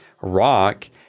rock